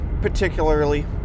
particularly